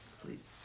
Please